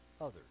others